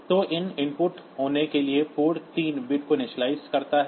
तो यह इनपुट होने के लिए पोर्ट 3 बिट्स को इनिशियलाइज़ करता है